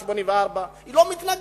1991. היא לא מתנגדת.